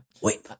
Wait